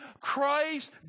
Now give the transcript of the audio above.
Christ